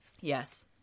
yes